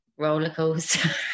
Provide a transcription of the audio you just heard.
rollercoaster